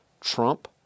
Trump